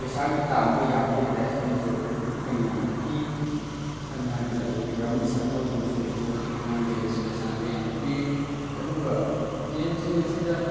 ꯄꯩꯁꯥꯒꯤ ꯇꯥꯟꯕ ꯌꯥꯕꯒꯤ ꯄ꯭ꯂꯦꯠꯐꯣꯝꯁꯨ ꯃꯈꯣꯏꯅ ꯌꯥꯝꯅ ꯄꯤ ꯁꯝꯅ ꯍꯥꯏꯔꯕꯗ ꯑꯩꯈꯣꯏꯒꯤ ꯔꯝꯃꯤ ꯁꯔꯀꯜꯒꯨꯝꯕꯁꯦ ꯃꯣꯏꯒꯤ ꯑꯣꯏꯟꯂꯥꯏꯟ ꯒꯦꯝꯁꯤꯗ ꯁꯥꯟꯅꯕ ꯌꯥꯝꯅ ꯄꯤ ꯑꯗꯨꯒ ꯒꯦꯝꯁꯤꯡ ꯑꯁꯤꯗ